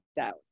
out